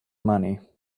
money